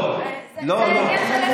איפה עוברים הגבולות?